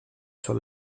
sur